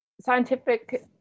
scientific